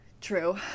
True